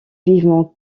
vivement